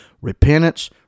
Repentance